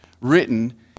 written